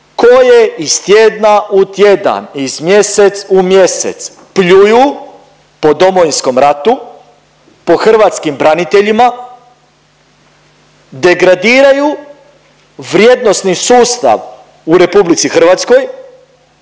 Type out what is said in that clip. koje iz tjedna u tjedan, iz mjesec u mjesec pljuju po Domovinskom ratu, po hrvatskim braniteljima, degradiraju vrijednosni sustav u RH, omalovažavaju